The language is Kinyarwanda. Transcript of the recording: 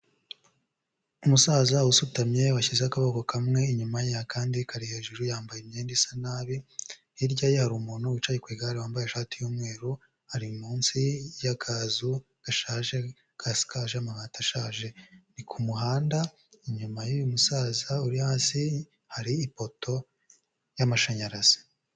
Umusaza usutamye washyize akaboko kamwe inyuma ye, akandi kari hejuru yambaye imyenda isa nabi, hirya hari umuntu wicaye ku igare wambaye ishati y'umweru, ari munsi y'akazu gashaje gasakaje amabati ashaje, ni ku muhanda inyuma y'uyu musaza uri hasi, hari ipoto y'amashanyarazi.